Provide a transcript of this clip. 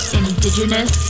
indigenous